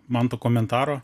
manto komentaro